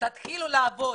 תתחילו לעבוד.